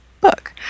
book